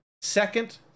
Second